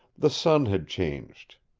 the sun had changed.